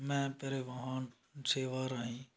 ਮੈਂ ਪਰਿਵਾਹਨ ਸੇਵਾ ਰਾਹੀਂ